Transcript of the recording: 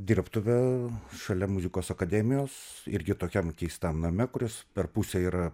dirbtuvę šalia muzikos akademijos irgi tokiam keistam name kuris per pusę yra